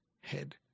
head